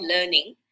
learning